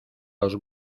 los